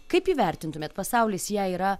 kaip įvertintumėt pasaulis ją yra